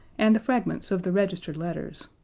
and the fragments of the registered letters.